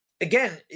again